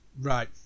Right